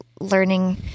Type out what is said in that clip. learning